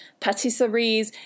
patisseries